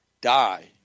die